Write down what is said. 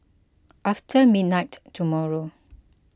after midnight tomorrow